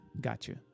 Gotcha